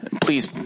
Please